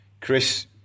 Chris